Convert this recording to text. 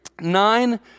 nine